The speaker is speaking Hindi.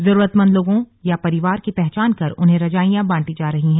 जरूरतमंद लोगों या परिवार की पहचान कर उन्हें रजाइयां बांटी जा रही हैं